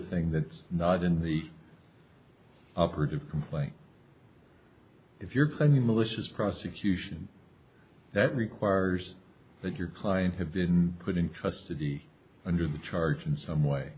thing that's not in the operative complaint if you're playing the malicious prosecution that requires that your client have been put in custody under the charge in some way